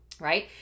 Right